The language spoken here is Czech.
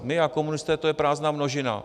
My a komunisté, to je prázdná množina.